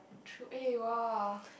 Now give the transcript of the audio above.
true eh [wah]